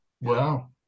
Wow